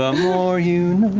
ah more you